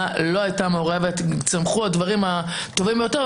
לא הייתה מעורבת צמחו הדברים הטובים ביותר.